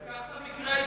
קח את המקרה ההיסטורי.